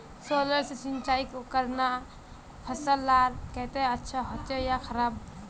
Solar से सिंचाई करना फसल लार केते अच्छा होचे या खराब?